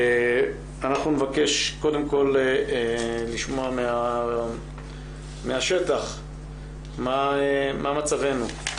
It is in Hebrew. אנחנו נבקש קודם כל לשמוע מהשטח מה מצבנו.